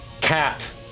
cat